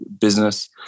business